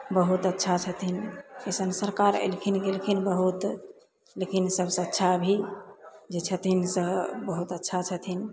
बहुत अच्छा छथिन अइसन सरकार एलखिन गेलखिन बहुत लेकिन सबसँ अच्छा अभी जे छथिन से बहुत अच्छा छथिन